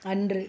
அன்று